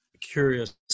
curious